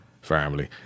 family